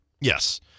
Yes